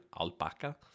alpaca